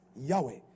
Yahweh